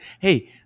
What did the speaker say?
hey